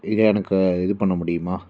எனக்கு இது பண்ண முடியுமா